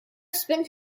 spent